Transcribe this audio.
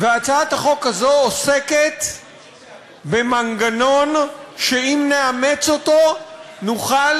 והצעת החוק הזאת עוסקת במנגנון שאם נאמץ אותו נוכל